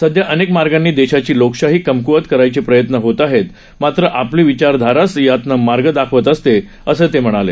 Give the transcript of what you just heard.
सध्या अनेक मार्गानी देशाची लोकशाही कमक्वत करायचे प्रयत्न होत आहेत मात्र आपली विचारधाराच यातनं मार्ग दाखवत असते असं ते म्हणाले